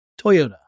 Toyota